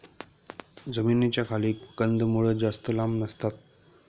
जमिनीच्या खाली कंदमुळं जास्त लांब नसतात